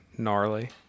Gnarly